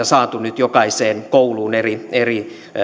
saatu nyt jokaiseen kouluun eri eri